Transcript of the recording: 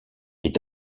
est